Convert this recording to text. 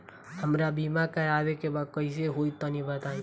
हमरा बीमा करावे के बा कइसे होई तनि बताईं?